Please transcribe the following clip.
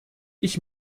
ich